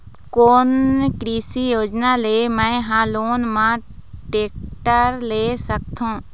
कोन कृषि योजना ले मैं हा लोन मा टेक्टर ले सकथों?